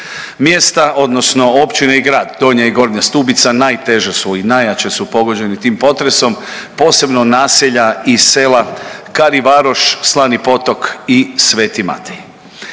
Mjesta, odnosno općine i grad Donja i Gornja Stubica najteže su i najjače su pogođeni tim potresom posebno naselja i sela Karivaroš, Slani Potok i Sveti Matej.